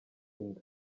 inda